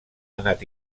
anat